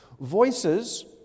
Voices